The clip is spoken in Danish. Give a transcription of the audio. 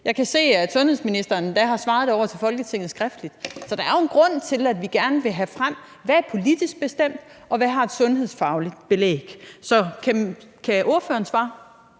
Jeg kan se, at sundhedsministeren endda har svaret på det skriftligt til Folketinget. Så der er jo en grund til, at vi gerne vil have frem, hvad der er politisk bestemt, og hvad der har et sundhedsfagligt belæg. Kan ordføreren svare?